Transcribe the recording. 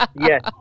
Yes